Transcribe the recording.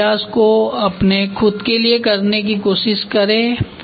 इस अभ्यास को अपने खुद के लिए करने की कोशिश करें